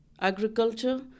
agriculture